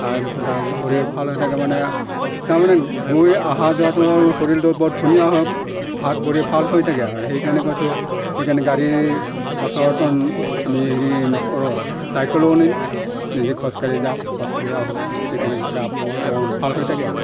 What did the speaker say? তাৰপিছত আৰু শৰীৰৰ ভাল হৈ থাকে মানে তাৰমানে গৈ অহা যোৱাটো শৰীৰটো বৰ ধুনীয়া হয় হাত ভৰি ভাল হৈ থাকে আৰু সেইকাৰণে কৈছোঁ সেইকাৰণে গাড়ীৰ আমি হেৰি নকৰোঁ আৰু চাইকেলো নিনো নিজে খোজকাঢ়ি যাওঁ খোজকাঢ়ি আহোঁ সেইকাৰণে গা মোৰ অলপমান ভাল হৈ থাকে আৰু